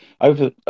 over